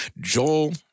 Joel